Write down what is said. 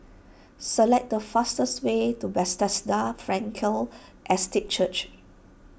select the fastest way to Bethesda Frankel Estate Church